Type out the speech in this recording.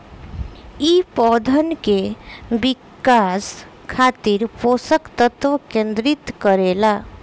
इ पौधन के विकास खातिर पोषक तत्व केंद्रित करे ला